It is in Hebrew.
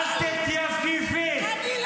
אל תתייפייפי -- אני לא מתייפייפת --- מחבלים.